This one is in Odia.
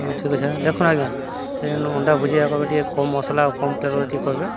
ହଁ ଠିକ୍ ଅଛି ଆଜ୍ଞା ଦେଖୁନ୍ ଆଜ୍ଞା ସେନୁ ଅଣ୍ଡା ଭୁଜିଆା କହିବ ଟିକେ କମ୍ ମସଲା ଆଉ କମ୍ ତେଲରେ ଟିକେ କରବେ